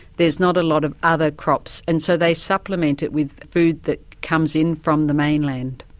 there's not a lot of other crops, and so they supplement it with food that comes in from the mainland.